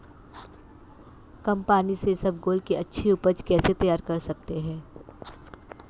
कम पानी से इसबगोल की अच्छी ऊपज कैसे तैयार कर सकते हैं?